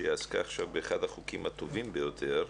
שעסקה עכשיו באחד החוקים הטובים ביותר.